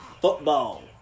football